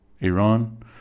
Iran